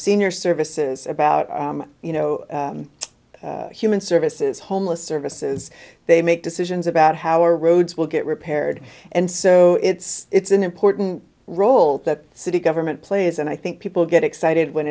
senior services about you know human services homeless services they make decisions about how our roads will get repaired and so it's an important role that city government plays and i think people get excited when